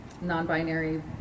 non-binary